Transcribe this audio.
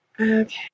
Okay